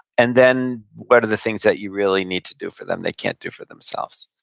and then, what are the things that you really need to do for them, they can't do for themselves?